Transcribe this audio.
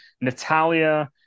Natalia